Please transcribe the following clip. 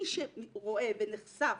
מי שרואה ונחשף